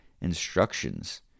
instructions